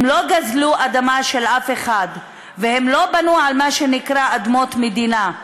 הם לא גזלו אדמה של אף אחד והם לא בנו על מה שנקרא אדמות מדינה,